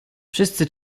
wszyscy